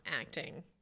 acting